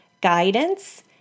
guidance